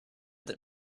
that